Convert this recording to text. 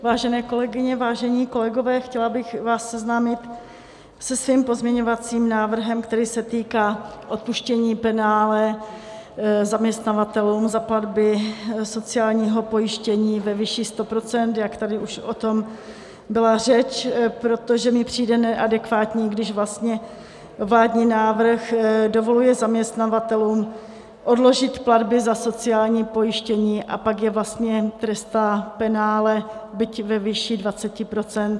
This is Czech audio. Vážené kolegyně, vážení kolegové, chtěla bych vás seznámit se svým pozměňovacím návrhem, který se týká odpuštění penále zaměstnavatelům za platby sociálního pojištění ve výši 100 %, jak tady už o tom byla řeč, protože mi přijde neadekvátní, když vlastně vládní návrh dovoluje zaměstnavatelům odložit platby za sociální pojištění a pak je vlastně trestá penálem, byť ve výši 20 %.